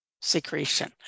secretion